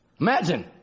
imagine